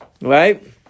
Right